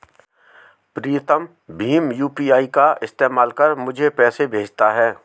प्रीतम भीम यू.पी.आई का इस्तेमाल कर मुझे पैसे भेजता है